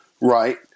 Right